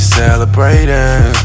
celebrating